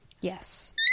yes